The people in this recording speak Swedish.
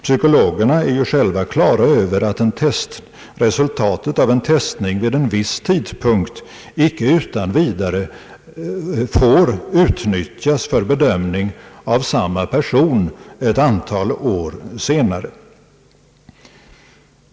Psykologerna är själva klara över att resultatet av en testning vid en viss tidpunkt inte utan vidare får utnyttjas för bedömning av samma person ett antal år senare.